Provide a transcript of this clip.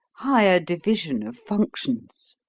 higher division of functions.